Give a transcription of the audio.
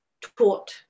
taught